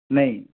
नहीं